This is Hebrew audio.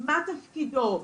מה תפקידו.